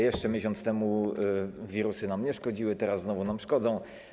Jeszcze miesiąc temu wirusy nam nie szkodziły, teraz znowu nam szkodzą.